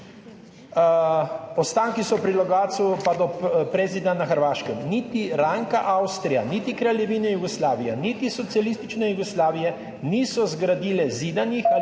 Ostanki so pri Logatcu pa do Prezida na Hrvaškem. Niti Ranka Avstrija, niti Kraljevina Jugoslavija, niti socialistične Jugoslavije, niso zgradile zidanih /